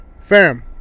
Fam